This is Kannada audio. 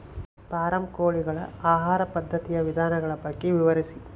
ಫಾರಂ ಕೋಳಿಗಳ ಆಹಾರ ಪದ್ಧತಿಯ ವಿಧಾನಗಳ ಬಗ್ಗೆ ವಿವರಿಸಿ?